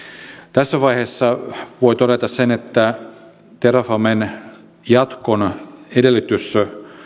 tässä vaiheessa voi todeta sen että terrafamen jatkon edellytys